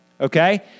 okay